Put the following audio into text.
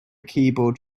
keyboard